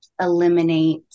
eliminate